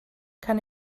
kann